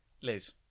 Liz